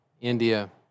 India